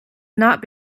not